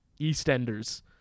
EastEnders